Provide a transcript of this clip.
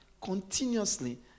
continuously